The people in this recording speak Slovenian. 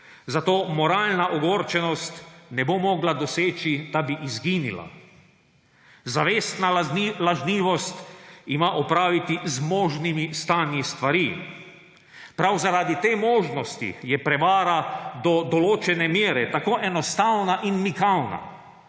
zato moralna ogorčenost ne bo mogla doseči, da bi izginila. Zavestna lažnivost ima opraviti z možnimi stanji stvari. Prav zaradi te možnosti je prevara do določene mere tako enostavna in mikavna.